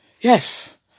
Yes